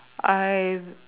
I